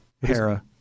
Hera